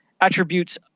attributes